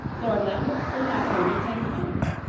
lord lambeth does not owe me ten pounds.